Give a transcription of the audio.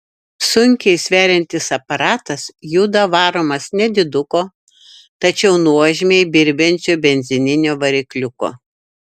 sunkiai sveriantis aparatas juda varomas nediduko tačiau nuožmiai birbiančio benzininio varikliuko